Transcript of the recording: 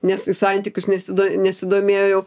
nes į santykius nesido nesidomėjau